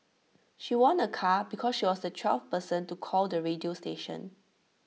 she won A car because she was the twelfth person to call the radio station